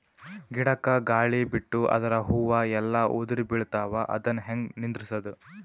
ಗಿಡಕ, ಗಾಳಿ ಬಿಟ್ಟು ಅದರ ಹೂವ ಎಲ್ಲಾ ಉದುರಿಬೀಳತಾವ, ಅದನ್ ಹೆಂಗ ನಿಂದರಸದು?